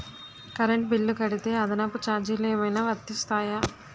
Current bill కడితే అదనపు ఛార్జీలు ఏమైనా వర్తిస్తాయా?